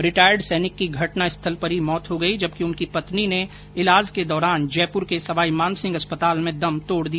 retired सैनिक की घटना स्थल पर ही मौत हो गई जबकि उनकी पत्नी ने ईलाज के दौरान जयपुर के सवाईमानसिंह अस्पताल में दम तोड दिया